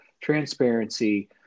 transparency